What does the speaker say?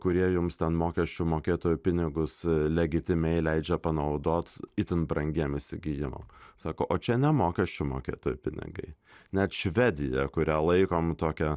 kurie jums ten mokesčių mokėtojų pinigus legitimiai leidžia panaudot itin brangiem įsigijimam sako o čia ne mokesčių mokėtojų pinigai net švedija kurią laikom tokią